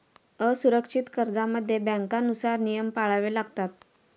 असुरक्षित कर्जांमध्ये बँकांनुसार नियम पाळावे लागतात